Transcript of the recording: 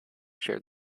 shared